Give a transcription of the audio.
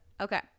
Okay